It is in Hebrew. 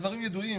הדברים ידועים.